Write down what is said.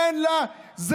אין לה זרמים,